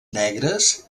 negres